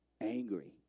angry